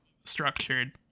structured